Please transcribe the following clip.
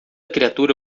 criatura